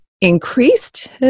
increased